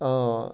آ